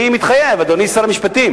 אני מתחייב, אדוני שר המשפטים,